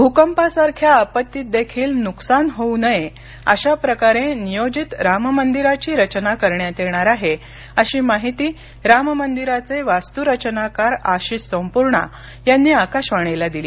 भूकंपासारख्या आपत्तीतदेखील नुकसान होऊ नये अशाप्रकारे नियोजित राममंदिराची रचना करण्यात येणार आहे अशी माहिती राममंदिराचे वास्तुरचनाकार आशीष संपुर्णा यांनी आकाशवाणीला दिली